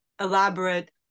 elaborate